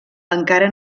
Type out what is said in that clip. encara